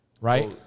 Right